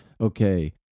okay